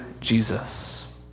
Jesus